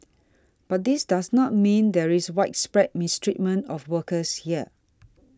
but this does not mean there is widespread mistreatment of workers here